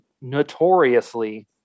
notoriously